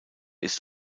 ist